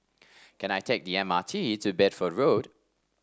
can I take the M R T to Bedford Road